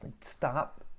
stop